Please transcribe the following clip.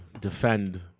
defend